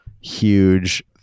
huge